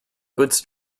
goods